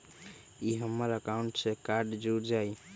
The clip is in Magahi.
ई हमर अकाउंट से कार्ड जुर जाई?